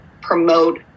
promote